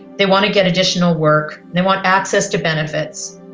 they want to get additional work, they want access to benefits,